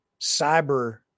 cyber